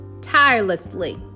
tirelessly